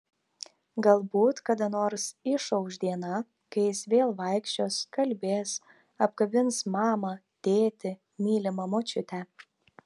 galbūt kada nors išauš diena kai jis vėl vaikščios kalbės apkabins mamą tėtį mylimą močiutę